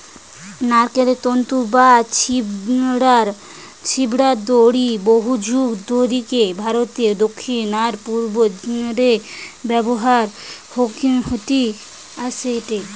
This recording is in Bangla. নারকেল তন্তু বা ছিবড়ার দড়ি বহুযুগ ধরিকি ভারতের দক্ষিণ আর পূর্ব রে ব্যবহার হইকি অ্যাসেটে